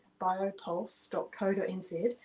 biopulse.co.nz